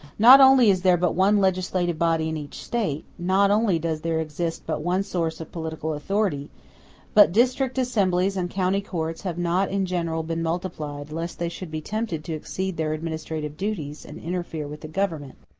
not only is there but one legislative body in each state not only does there exist but one source of political authority but district assemblies and county courts have not in general been multiplied, lest they should be tempted to exceed their administrative duties, and interfere with the government.